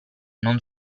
non